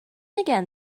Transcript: again